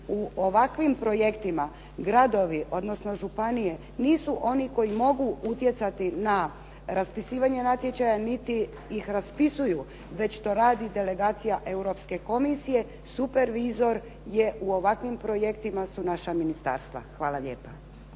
u ovakvim projektima gradovi odnosno županije nisu oni koji mogu utjecati na raspisivanje natječaja niti ih raspisuju već to radi delegacija Europske komisije, supervizor jer u ovakvim projektima su naša ministarstva. Hvala lijepa.